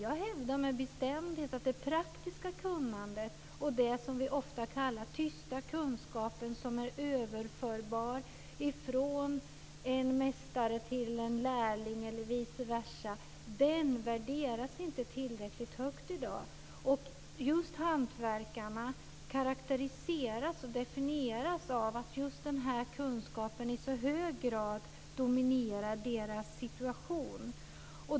Jag hävdar med bestämdhet att det praktiska kunnandet och det som vi ofta kallar för den tysta kunskapen, den som är överförbar från en mästare till en lärling eller vice versa, inte värderas tillräckligt högt i dag. Just hantverkarna karakteriseras och definieras av att just denna kunskap i så hög grad dominerar deras situation.